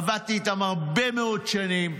עבדתי איתם הרבה מאוד שנים.